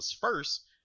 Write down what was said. first